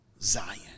Zion